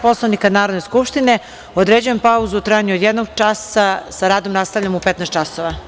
Poslovnika Narodne skupštine, određujem pauzu u trajanju od jednog časa i sa radom nastavljamo u 15.00 časova.